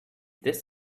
this